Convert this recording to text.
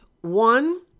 One